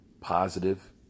positive